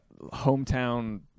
hometown